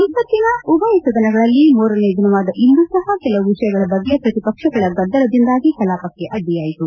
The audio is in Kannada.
ಸಂಸತ್ತಿನ ಉಭಯ ಸದನಗಳಲ್ಲಿ ಮೂರನೇ ದಿನವಾದ ಇಂದೂ ಸಹ ಕೆಲವು ವಿಷಯಗಳ ಬಗ್ಗೆ ಪ್ರತಿಪಕ್ಷಗಳ ಗದ್ದಲದಿಂದಾಗಿ ಕಲಾಪಕ್ಕೆ ಅಡ್ಡಿಯಾಯಿತು